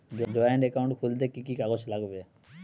Joint account খুলতে কি কি কাগজ লাগবে?